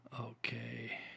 Okay